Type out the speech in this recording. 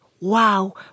Wow